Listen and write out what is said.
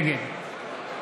נגד